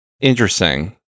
Interesting